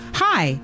hi